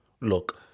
look